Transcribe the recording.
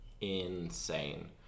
insane